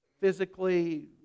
physically